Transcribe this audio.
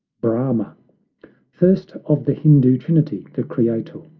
brahma first of the hindoo trinity the creator.